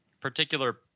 particular